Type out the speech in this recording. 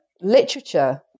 literature